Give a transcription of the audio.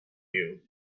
you